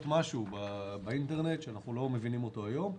משהו באינטרנט שאנחנו לא מבינים אותו היום.